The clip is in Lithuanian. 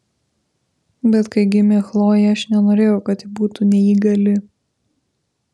bet kai gimė chlojė aš nenorėjau kad ji būtų neįgali